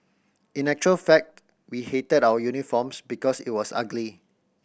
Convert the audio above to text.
in actual fact we hated our uniforms because it was ugly